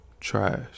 Trash